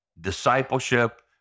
discipleship